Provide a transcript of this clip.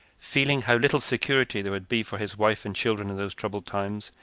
feeling how little security there would be for his wife and children in those troubled times,